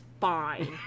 fine